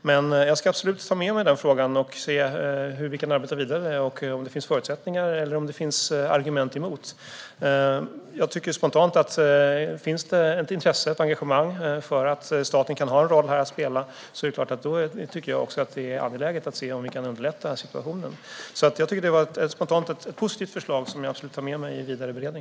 Men jag ska absolut ta med mig den och se hur vi kan arbeta vidare och om det finns förutsättningar eller om det finns argument emot. Om det finns ett intresse och ett engagemang för att staten kan spela en roll här tycker jag spontant att det självklart är angeläget att se om vi kan underlätta situationen. Det var ett positivt förslag som jag absolut tar med mig till vidare beredning.